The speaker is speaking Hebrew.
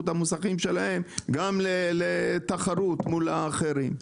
את המוסכים שלהן גם לתחרות מול האחרים.